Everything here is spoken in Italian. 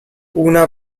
una